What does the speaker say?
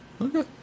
Okay